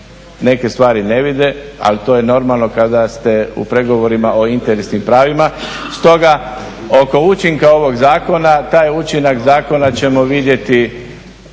neke stvari ne vide ali to je normalno kada ste u pregovorima o interesnim pravima. Stoga oko učinka ovog zakona, taj učinak zakona ćemo vidjeti